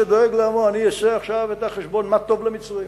שדואג לעמו: אני אעשה עכשיו את החשבון מה טוב למצרים.